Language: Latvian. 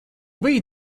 biji